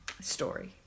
story